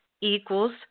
equals